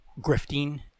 grifting